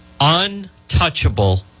untouchable